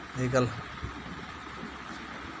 निकल